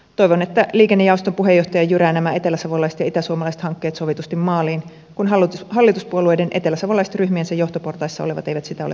toivon että liikennejaoston puheenjohtaja jyrää nämä eteläsavolaiset ja itäsuomalaiset hankkeet sovitusti maaliin kun hallituspuolueiden eteläsavolaiset ryhmiensä johtoportaissa olevat eivät sitä ole onnistuneet tekemään